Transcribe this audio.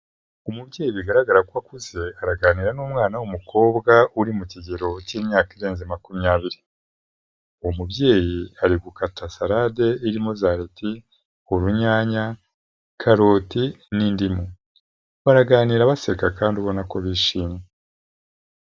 Umubyeyi bigaragara ko akuze araganira n'umwana w'umukobwa uri mu kigero cy'imyaka irenze makumyabiri, uwo umubyeyi ari gukata salade irimo zareti, urunyanya, karoti, n'indimu, baraganira baseka kandi ubona ko bishimye.